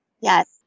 Yes